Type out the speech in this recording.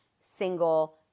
single